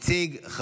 לפרוטוקול,